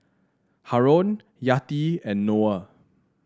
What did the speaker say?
Haron Yati and Noah